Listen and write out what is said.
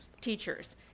teachers